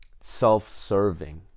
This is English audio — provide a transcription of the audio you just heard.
self-serving